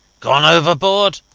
gone overboard?